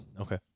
Okay